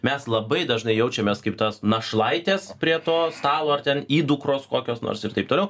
mes labai dažnai jaučiamės kaip tos našlaitės prie to stalo ar ten įdukros kokios nors ir taip toliau